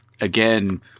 again